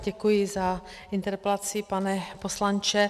Děkuji za interpelaci, pane poslanče.